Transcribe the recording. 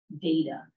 data